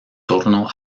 torno